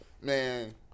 Man